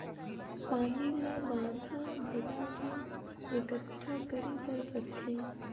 पानी ल बांधा बना के एकटठा करे बर परथे